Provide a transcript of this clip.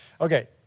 Okay